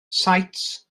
saets